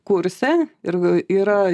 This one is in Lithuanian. kurse ir yra